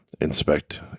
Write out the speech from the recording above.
inspect